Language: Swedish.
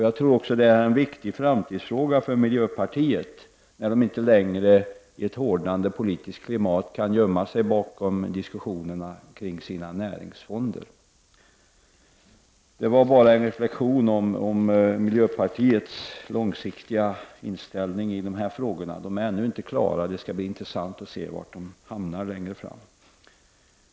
Jag tror att det är en viktig framtidsfråga för miljöpartiet när partiet inte längre i ett hårdnande politiskt klimat kan gömma sig bakom diskussionerna kring näringsfonder. Det var bara en reflexion när det gäller miljöpartiets långsiktiga inställning i dessa frågor. Den är inte klar, och det skall bli intressant att se var man hamnar längre fram.